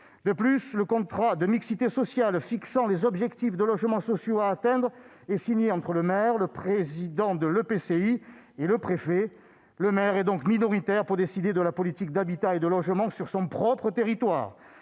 De plus, le contrat de mixité sociale fixant les objectifs à atteindre en matière de logements sociaux est signé entre le maire, le président de l'EPCI et le préfet. Le maire est donc minoritaire pour décider de la politique d'habitat et de logement sur son propre territoire